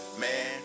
Man